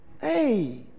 Hey